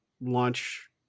launch